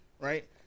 right